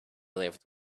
lived